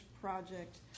project